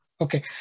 Okay